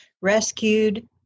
Rescued